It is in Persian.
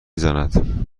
زند